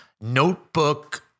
Notebook